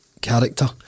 character